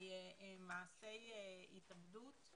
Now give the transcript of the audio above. ממעשה התאבדות.